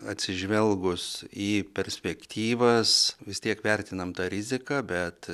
atsižvelgus į perspektyvas vis tiek vertinam tą riziką bet